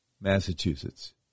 Massachusetts